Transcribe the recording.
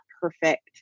perfect